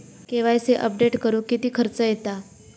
KYC update करुक किती खर्च येता?